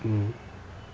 mmhmm